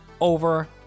over